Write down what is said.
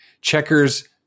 checkers